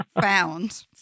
found